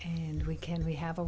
and we can we have a